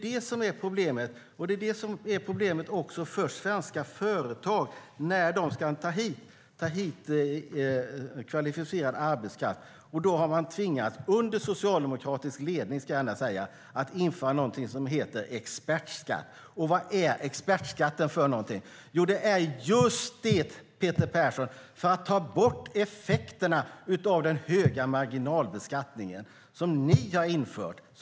Det är problemet för svenska företag när de ska ta hit kvalificerad arbetskraft. Under socialdemokratisk ledning har något som heter expertskatt införts. Vad är expertskatt? Jo, det är just, Peter Persson, för att ta bort effekterna av den höga marginalbeskattningen som ni har infört.